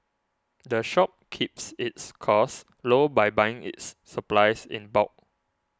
the shop keeps its costs low by buying its supplies in bulk